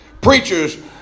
Preachers